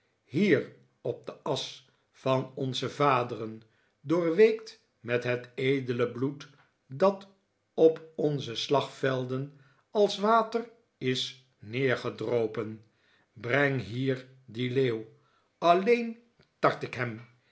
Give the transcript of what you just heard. hier op de asch van onze vaderen doorweekt met het edele bloed dat op onze slagvelden als water is neergedropen breng hier dien leeuw alleen tart ik hem